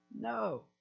No